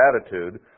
attitude